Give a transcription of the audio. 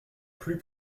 plus